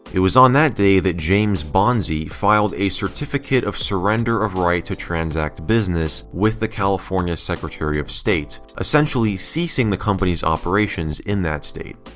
it was on that day that james bonzi filed a certificate of surrender of right to transact business with the california secretary of state, essentially ceasing the company's operations in that state.